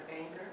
anger